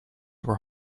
were